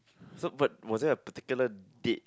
so but was there a particular date